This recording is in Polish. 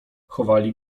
chowali